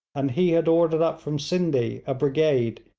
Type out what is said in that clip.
and he had ordered up from scinde a brigade,